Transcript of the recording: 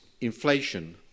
inflation